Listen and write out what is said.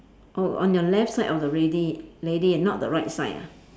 oh on your left side of the ready lady not the right side ah